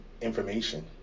information